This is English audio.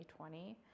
2020